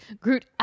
Groot